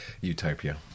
Utopia